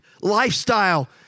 lifestyle